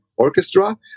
orchestra